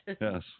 Yes